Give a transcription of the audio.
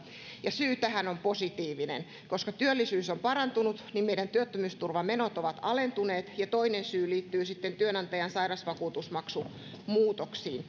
ja syy tähän on positiivinen koska työllisyys on parantunut niin meidän työttömyysturvamenot ovat alentuneet toinen syy liittyy työnantajan sairausvakuutusmaksumuutoksiin